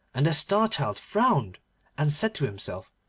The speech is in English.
and the star-child frowned and said to himself,